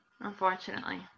unfortunately